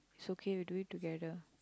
it's okay we'll do it together